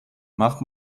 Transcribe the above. macht